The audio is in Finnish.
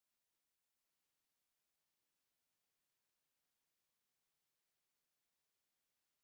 Kiitos,